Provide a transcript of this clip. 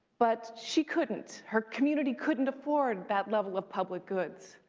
but she couldn't. her community couldn't afford that level of public goods.